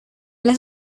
las